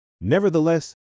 Nevertheless